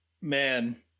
man